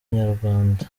inyarwanda